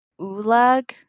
Ulag